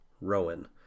Rowan